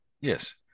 yes